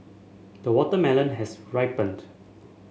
the watermelon has ripened